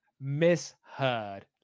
misheard